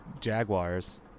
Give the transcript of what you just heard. Jaguars